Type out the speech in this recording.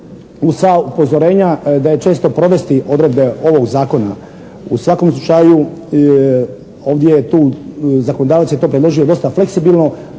uz sva upozorenja da je često provesti odredbe ovog zakona u svakom slučaju. Ovdje je tu, zakonodavac je to predložio dosta fleksibilno